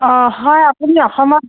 অঁ হয় আপুনি অসমত